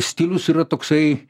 stilius yra toksai